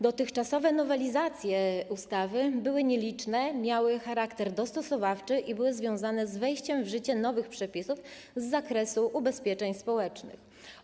Dotychczasowe nowelizacje ustawy były nieliczne, miały charakter dostosowawczy i były związane z wejściem w życie nowych przepisów z zakresu ubezpieczeń społecznych.